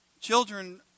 Children